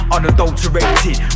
Unadulterated